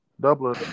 Double